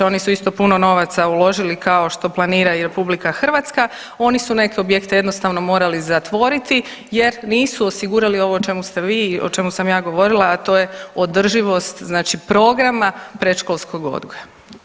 Oni su isto puno novaca uložili kao što planira i RH, oni su neke objekte jednostavno morali zatvoriti jer nisu osigurali ovo o čemu ste vi i o čemu sam ja govorila, a to je održivost znači programa predškolskog odgoja.